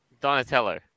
Donatello